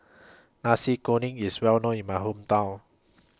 Nasi Kuning IS Well known in My Hometown